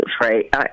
right